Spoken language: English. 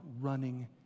running